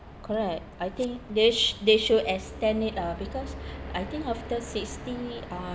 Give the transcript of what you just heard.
correct I think they sh~ they should extend it lah because I think after sixty uh